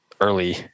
early